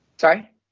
Sorry